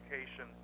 education